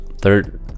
Third